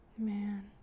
Man